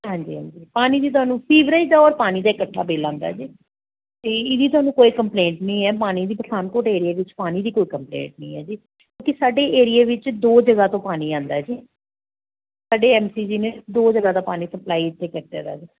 ਹਾਂਜੀ ਹਾਂਜੀ ਪਾਣੀ ਵੀ ਤੁਹਾਨੂੰ ਸੀਵਰੇਜ ਦਾ ਔਰ ਪਾਣੀ ਦਾ ਇਕੱਠਾ ਬਿੱਲ ਆਂਦਾ ਜੀ ਅਤੇ ਇਹਦੀ ਤੁਹਾਨੂੰ ਕੋਈ ਕੰਪਲੇਂਟ ਨਹੀਂ ਹੈ ਪਾਣੀ ਦੀ ਪਠਾਨਕੋਟ ਏਰੀਆ ਵਿੱਚ ਪਾਣੀ ਦੀ ਕੋਈ ਕੰਪਲੇਂਟ ਨਹੀਂ ਹੈ ਜੀ ਕਿਉਂਕਿ ਸਾਡੇ ਏਰੀਏ ਵਿੱਚ ਦੋ ਜਗ੍ਹਾ ਤੋਂ ਪਾਣੀ ਆਉਂਦਾ ਜੀ ਸਾਡੇ ਐਮ ਸੀ ਜੀ ਨੇ ਦੋ ਜਗ੍ਹਾ ਦਾ ਪਾਣੀ ਸਪਲਾਈ ਇੱਥੇ